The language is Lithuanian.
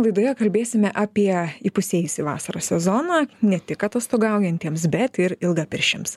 laidoje kalbėsime apie įpusėjusį vasaros sezoną ne tik atostogaujantiems bet ir ilgapirščiams